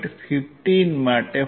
15 માટે 4